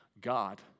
God